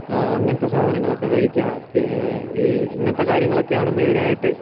അങ്ങനത്തെ സാധനങ്ങളൊക്കെ കഴിക്കുക പ് ഇങ്ങനത്തെ കാര്യങ്ങളാണ് മെയിൻ ആയിട്ട്